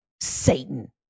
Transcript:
Satan